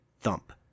Thump